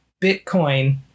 Bitcoin